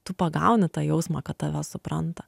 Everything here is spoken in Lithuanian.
tu pagauni tą jausmą kad tave supranta